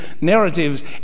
narratives